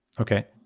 Okay